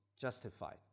justified